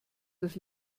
das